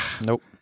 Nope